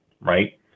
right